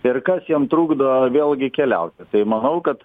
ir kas jiem trukdo vėlgi keliauti tai manau kad